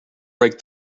break